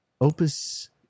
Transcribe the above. Opus